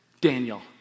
Daniel